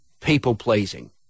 people-pleasing